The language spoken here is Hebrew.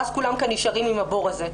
ואז כולם נשארים עם הבור הזה.